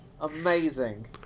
Amazing